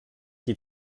die